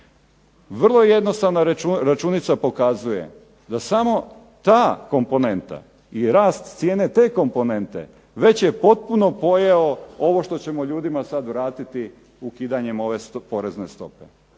Vrlo jednostavno računica pokazuje da samo ta komponenta i rast cijene te komponente već je potpuno pojeo ovo što ćemo ljudima sad vratiti ukidanjem ove porezne stope.